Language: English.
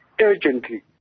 urgently